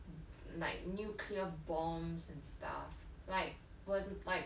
like nuclear bombs and stuff like will be like